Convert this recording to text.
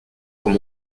quand